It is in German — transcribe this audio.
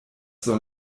soll